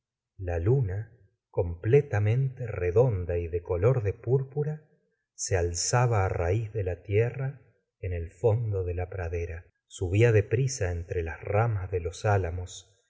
la luna completamente redonda y de color de púrpura se alzaba á raiz de la tierra en el fondo de la pradera subía de prisa entre las ramas de los álamos